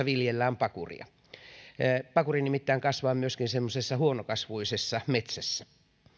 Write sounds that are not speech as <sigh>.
<unintelligible> viljellään pakuria pakuri nimittäin kasvaa myöskin semmoisessa huonokasvuisessa metsässä